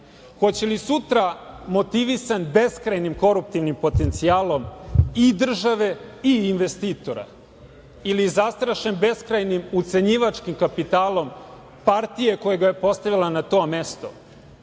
Hoće li sutra, motivisan beskrajnim koruptivnim potencijalom i države i investitora ili zastrašen beskrajnim ucenjivačkim kapitalom partije koja ga je postavila na to mesto,